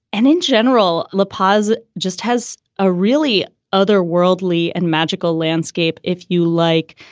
and in general, lapides just has a really other worldly and magical landscape, if you like,